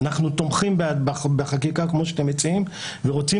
אנחנו תומכים בחקיקה כמו שאתם מציעים ורוצים